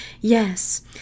Yes